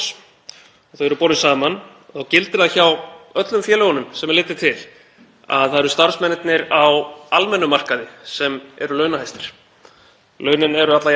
Launin eru alla jafna lægri hjá ríki og sveitarfélögum, hvort sem við horfum til BHM eða BSRB. Þannig að já, ég veit ekki alveg.